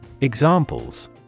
Examples